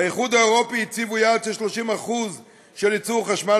באיחוד האירופי הציבו יעד של 30% של ייצור חשמל